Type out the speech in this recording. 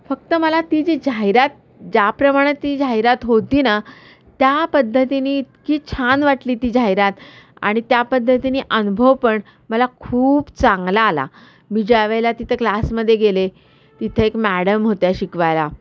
फक्त मला ती जी जाहिरात ज्या प्रमाणात ती जाहिरात होती ना त्या पद्धतीने इतकी छान वाटली ती जाहिरात आणि त्या पद्धतीने अनुभव पण मला खूप चांगला आला मी ज्यावेळेला तिथं क्लासमध्ये गेले तिथं एक मॅडम होत्या शिकवायला